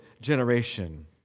generation